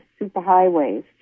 superhighways